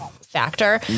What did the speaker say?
factor